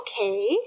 Okay